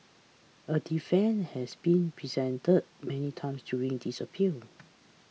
a defence has been presented many times during this appeal